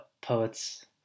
poets